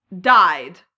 died